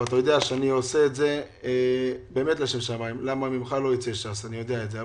אתה יודע שאני עושה את זה באמת לשם שמים כי ממך לא ייצא ש"ס אבל בסדר.